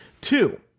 Two